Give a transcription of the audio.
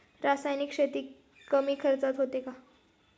रासायनिक शेती कमी खर्चात होते का?